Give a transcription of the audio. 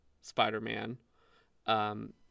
Spider-Man